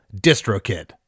DistroKid